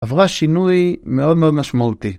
עברה שינוי מאוד מאוד משמעותי.